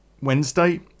Wednesday